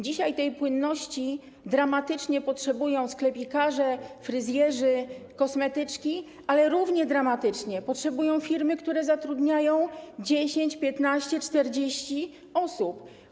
Dzisiaj tej płynności dramatycznie potrzebują sklepikarze, fryzjerzy, kosmetyczki, ale równie dramatycznie potrzebują jej firmy, które zatrudniają 10, 15 czy 40 osób.